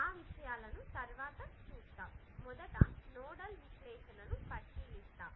ఆ విషయాలను తరువాత చూస్తాము మొదట నోడల్ విశ్లేషణను పరిశీలిస్తాము